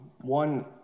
one